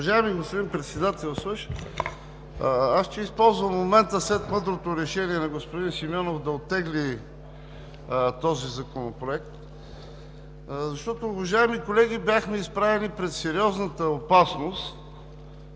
Уважаеми господин Председател, ще използвам момента след мъдрото решение на господин Симеонов да оттегли този законопроект, защото, уважаеми колеги, бяхме изправени пред сериозната опасност